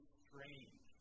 strange